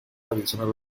adicional